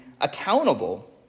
accountable